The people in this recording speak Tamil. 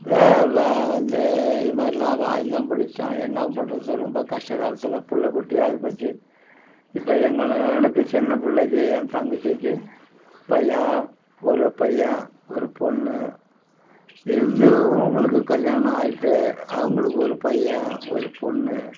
இது இது மாதிரில்லாம் வாழ்ந்தோம் பிடிச்சோம் என்ன பண்ணுறது ரொம்ப கஷ்ட காலத்தில் பிள்ள குட்டி ஆகிப்போச்சி இப்போ எங்கள் அண்ணனுக்கு சின்ன பிள்ளைக்கு என் தங்கச்சிக்கு பையன் ஒரு பையன் ஒரு பொண்ணு இந்த இவங்களுக்கு கல்யாணம் ஆகிட்டு அவங்களுக்கு ஒரு பையன் ஒரு பொண்ணு